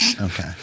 Okay